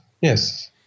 yes